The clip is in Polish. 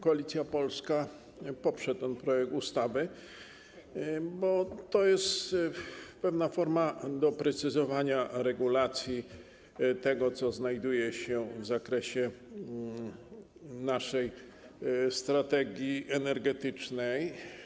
Koalicja Polska poprze ten projekt ustawy, bo jest to pewna forma doprecyzowania regulacji i tego, co znajduje się w zakresie naszej strategii energetycznej.